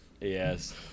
Yes